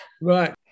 Right